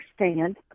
understand